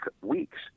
weeks